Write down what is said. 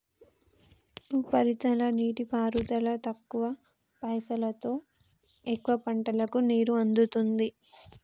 ఉపరితల నీటిపారుదల తక్కువ పైసలోతో ఎక్కువ పంటలకు నీరు అందుతుంది